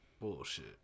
Bullshit